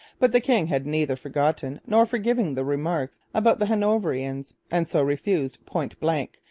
but the king had neither forgotten nor forgiven the remarks about the hanoverians, and so refused point-blank,